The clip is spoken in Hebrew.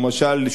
למשל,